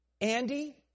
Andy